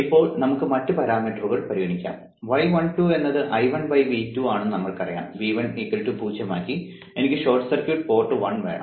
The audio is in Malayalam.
ഇപ്പോൾ നമുക്ക് മറ്റ് പാരാമീറ്ററുകൾ പരിഗണിക്കാം y12 എന്നത് I1 V2 ആണെന്ന് നമ്മൾക്കറിയാം V1 0 ആയി എനിക്ക് ഷോർട്ട് സർക്യൂട്ട് പോർട്ട് 1 വേണം